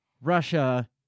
Russia